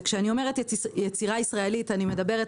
וכשאני אומרת "יצירה ישראלית" אני מדברת